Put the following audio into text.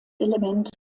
element